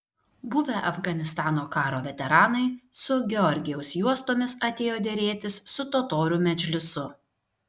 buvę afganistano karo veteranai su georgijaus juostomis atėjo derėtis su totorių medžlisu